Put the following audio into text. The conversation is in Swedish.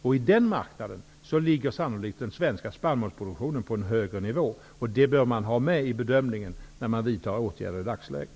På denna marknad ligger den svenska spannmålsproduktionen sannolikt på en högre nivå, vilket man bör ha med i bedömningen när man vidtar åtgärder i dagsläget.